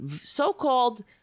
so-called